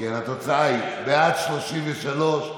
התוצאה היא: בעד, 33,